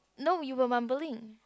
no you were mumbling